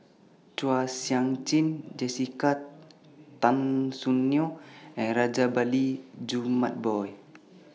Chua Sian Chin Jessica Tan Soon Neo and Rajabali Jumabhoy